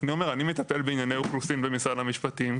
אני אומר אני מטפל בענייני אוכלוסין במשרד המשפטים,